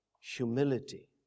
humility